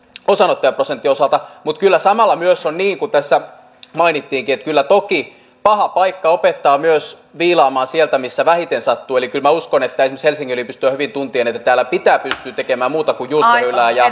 osanottajaprosentin osalta mutta kyllä samalla myös on niin kuin tässä mainittiinkin että kyllä toki paha paikka opettaa myös viilaamaan sieltä missä vähiten sattuu eli kyllä minä uskon esimerkiksi helsingin yliopiston hyvin tuntien että täällä pitää pystyä tekemään muuta kuin juustohöylää ja